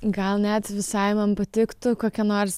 gal net visai man patiktų kokia nors